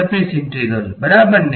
surface ઈંટેગ્રલબરાબરને